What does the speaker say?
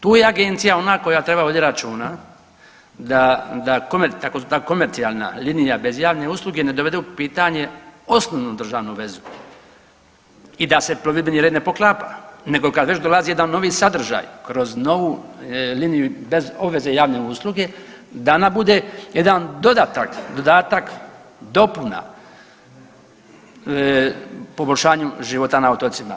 Tu je agencija ona koja treba vodit računa da, da ta komercionalna linija bez javne usluge ne dovede u pitanje osnovnu državnu vezu i da se plovidbeni red e poklapa nego kad već dolazi jedan novi sadržaj kroz novu liniju bez obveze javne usluge da ona bude jedan dodatak dopuna poboljšanju života na otocima.